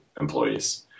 employees